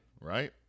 right